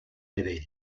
vedell